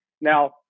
Now